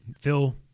Phil